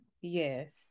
yes